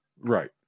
Right